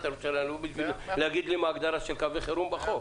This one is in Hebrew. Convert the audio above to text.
את זה ולו בשביל להגיד לי מה ההגדרה של קווי חירום בחוק.